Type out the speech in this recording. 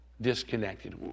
Disconnected